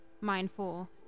mindful